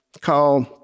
called